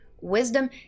wisdom